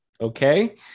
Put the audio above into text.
okay